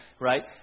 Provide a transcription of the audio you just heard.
right